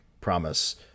promise